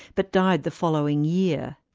but died the following year.